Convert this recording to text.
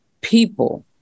People